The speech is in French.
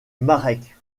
marek